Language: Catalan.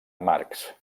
amargs